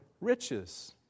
riches